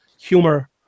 humor